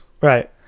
Right